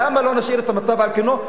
למה לא נשאיר את המצב על כנו?